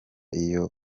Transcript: iyo